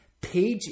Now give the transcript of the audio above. page